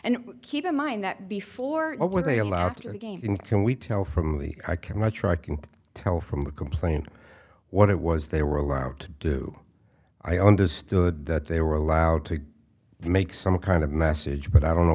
and keep in mind that before but were they allowed to again can we tell from the i can i try can tell from the complaint what it was they were allowed to do i understood that they were allowed to make some kind of message but i don't know